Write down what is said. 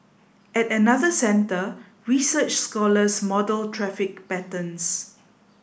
at another centre research scholars model traffic patterns